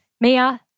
Mia